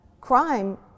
crime